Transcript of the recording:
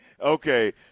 okay